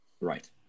right